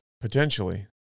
Potentially